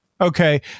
okay